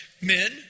Men